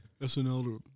SNL